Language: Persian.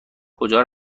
کجا